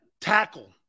tackle